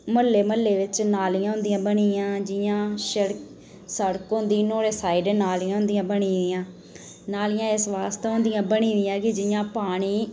म्हल्लै म्हल्लै बिच नालियां होंदियां बनी दियां जियां सड़क होंदी नुहाड़ै साईड़ नालियां होंदियां बनी दियां नालियां इस बास्तै होंदियां बनी दियां कि जि'यां पानी